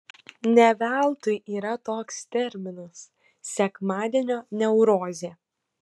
ne veltui yra toks terminas sekmadienio neurozė